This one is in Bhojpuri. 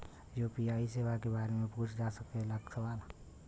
यू.पी.आई सेवा के बारे में पूछ जा सकेला सवाल?